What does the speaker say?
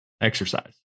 exercise